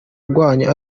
rwanyu